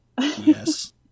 Yes